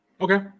Okay